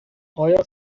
آیا